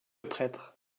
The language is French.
prêtre